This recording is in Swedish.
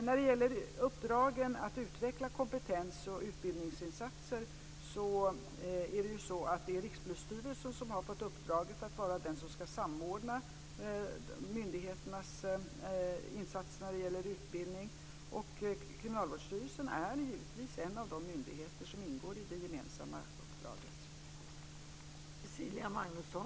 När det gäller uppdraget att utveckla kompetens och utbildningsinsatser har Rikspolisstyrelsen fått uppdraget att vara den som ska samordna myndigheternas insats i fråga om utbildning. Kriminalvårdsstyrelsen är givetvis en av de myndigheter som ingår i det gemensamma uppdraget.